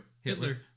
Hitler